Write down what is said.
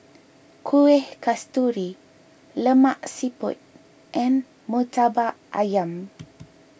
Kuih Kasturi Lemak Siput and Murtabak Ayam